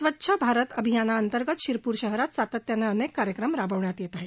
स्वच्छ भारत अभियानाअंतर्गत शिरपूर शहरात सातत्याने अनेक कार्यक्रम राबविण्यात येत आहेत